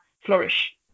flourish